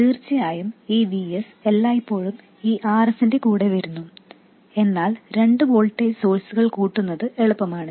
തീർച്ചയായും ഈ Vs എല്ലായ്പ്പോഴും ഈ Rs ന്റെ കൂടെ വരുന്നു എന്നാൽ രണ്ട് വോൾട്ടേജ് സോഴ്സ്കൾ കൂട്ടുന്നത് എളുപ്പമാണ്